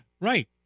right